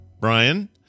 Brian